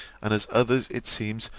and as others, it seems,